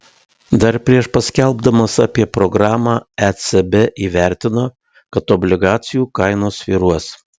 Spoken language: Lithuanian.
dar prieš paskelbdamas apie programą ecb įvertino kad obligacijų kainos svyruos